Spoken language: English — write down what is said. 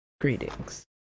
Greetings